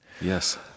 Yes